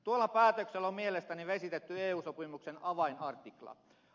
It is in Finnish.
tuolla päätöksellä on mielestäni vesitetty eu sopimuksen avainartikla